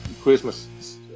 Christmas